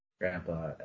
grandpa